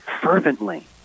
fervently